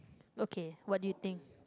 okay what do you think